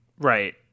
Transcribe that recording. Right